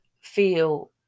feel